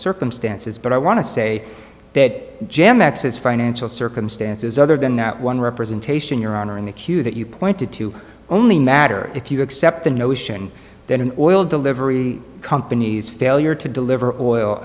circumstances but i want to say that jam access financial circumstances other than that one representation your honor in the q that you pointed to only matter if you accept the notion that an oil delivery companies failure to deliver